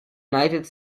united